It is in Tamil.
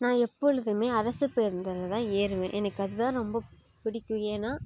நான் எப்பொழுதுமே அரசு பேருந்தில்தான் ஏறுவேன் எனக்கு அதுதான் ரொம்ப பிடிக்கும் ஏன்னா